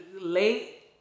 late